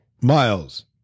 Miles